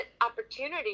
opportunity